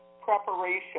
Preparation